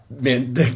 man